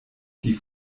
die